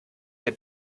der